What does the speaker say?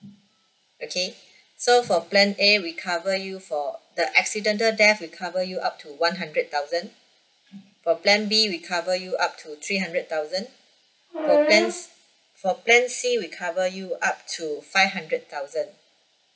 okay so for plan A we cover you for the accidental death will cover you up to one hundred thousand for plan B we cover you up to three hundred thousand for plans for plan C we cover you up to five hundred thousand